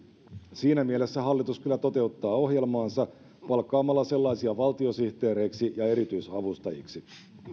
siinä mielessä hallitus kyllä toteuttaa ohjelmaansa palkkaamalla sellaisia valtiosihteereiksi ja erityisavustajiksi